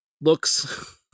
looks